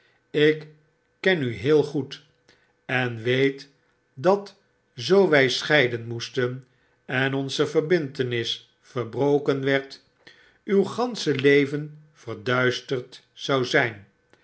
ik ken u heel goed en weet dat zoo wy scheiden moesten en onze verbintenis verbroken werd uw gansche leven verduisterd zou zyn